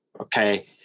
okay